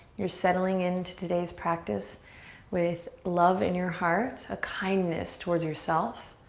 you're settling into today's practice with love in your heart, a kindness towards yourself,